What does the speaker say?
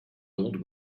old